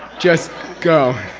just go.